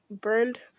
burned